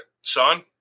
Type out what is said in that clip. Sean